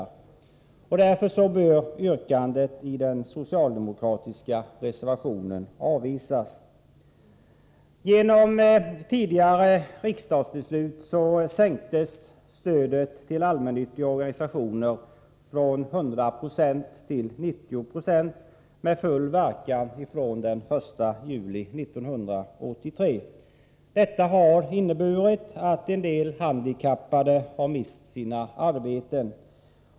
Därför bör yrkandet i den socialdemokratiska reservationen avvisas. Genom tidigare riksdagsbeslut sänktes stödet till allmännyttiga organisationer från 100 96 till 90 96 med full verkan från den 1 juli 1983. Detta har inneburit att en del handikappade har mist sina arbeten.